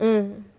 mm